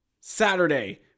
Saturday